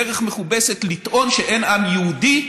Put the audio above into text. דרך מכובסת לטעון שאין עם יהודי,